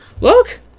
Look